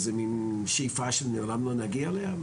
זו שאיפה שלעולם לא נגיע אליה?